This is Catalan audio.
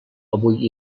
avui